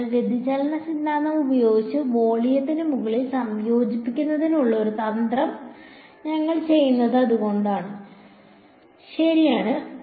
അതിനാൽ വ്യതിചലന സിദ്ധാന്തം ഉപയോഗിച്ച് വോളിയത്തിന് മുകളിൽ സംയോജിപ്പിക്കുന്നതിനുള്ള ഈ തന്ത്രം ഞങ്ങൾ ചെയ്യുന്നത് അതുകൊണ്ടാണ് ശരിയാണ്